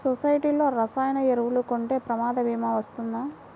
సొసైటీలో రసాయన ఎరువులు కొంటే ప్రమాద భీమా వస్తుందా?